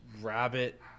Rabbit